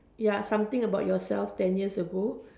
ya something about yourself ten years ago